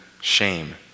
shame